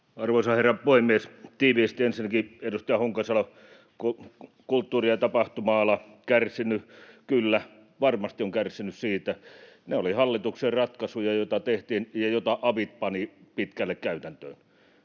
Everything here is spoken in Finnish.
Arvoisa herra puhemies! Tiiviisti. Ensinnäkin, edustaja Honkasalo, kulttuuri- ja tapahtuma-ala kärsinyt. Kyllä, varmasti on kärsinyt siitä. Ne olivat hallituksen ratkaisuja, joita tehtiin ja joita avit panivat pitkälle käytäntöön.